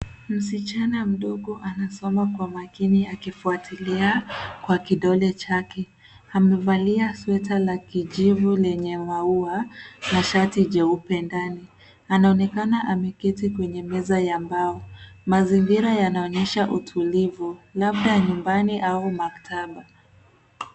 Mschana mdogo anasoma kwa maakini akifwatilia kwa kidole chake. Amevalia sweta la kijivu lenye maua na shati jeupe ndani. Anaonekana ameketi kwenye meza ya mbao. Mazingira yanaonyesha utulivu, labda nyumbani au maktaba.